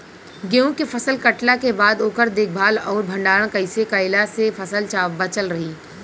गेंहू के फसल कटला के बाद ओकर देखभाल आउर भंडारण कइसे कैला से फसल बाचल रही?